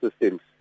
systems